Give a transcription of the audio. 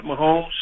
Mahomes